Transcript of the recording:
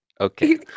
Okay